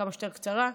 כמה שיותר קצרה,